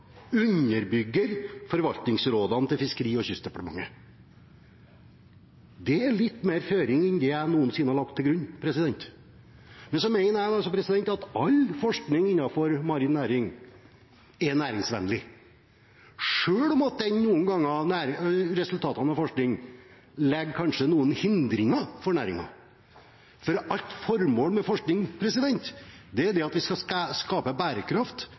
underbygger forvaltningsrådene til Fiskeri- og kystdepartementet». Det er litt flere føringer enn det jeg noensinne har lagt til grunn, men så mener jeg altså at all forskning innenfor marin næring er næringsvennlig, selv om resultatene av forskning noen ganger kanskje legger noen hindringer for næringen, for alt formål med forskning er at vi skal skape bærekraft og forutsigbarhet med hensyn til dette. Det er det jeg har lagt til grunn. Jeg skjønner at